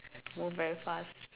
move very fast